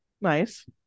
Nice